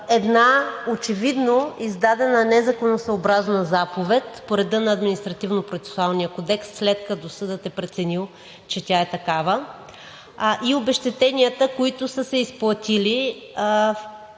една очевидно издадена незаконосъобразна заповед по реда на Административнопроцесуалния кодекс, след като съдът е преценил, че тя е такава, и обезщетенията, които са се изплатили,